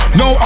no